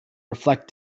reflect